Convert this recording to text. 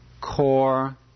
core